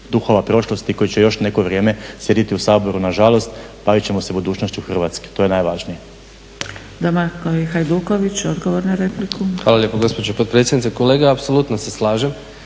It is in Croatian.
duhova prošlosti koji će još neko vrijeme sjediti u Saboru, nažalost, bavit ćemo se budućnošću Hrvatske. To je najvažnije.